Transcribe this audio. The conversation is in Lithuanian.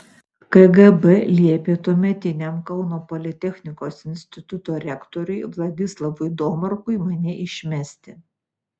kgb liepė tuometiniam kauno politechnikos instituto rektoriui vladislavui domarkui mane išmesti